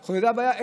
חודדה הבעיה.